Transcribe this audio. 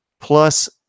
Plus